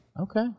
Okay